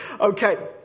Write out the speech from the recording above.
Okay